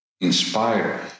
inspire